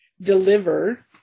deliver